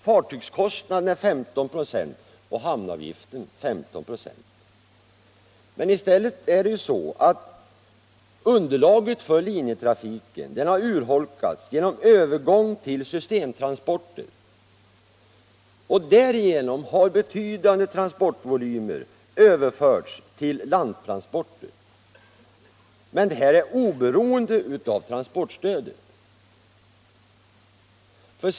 Fartygskostnaden är 15 96 och hamnavgiften 15 96. Underlaget för linjetrafiken har också urholkats genom övergången till systemtransporter. Därigenom har betydande transportvolymer överförts till landtransporter — detta oberoende av transportstödet.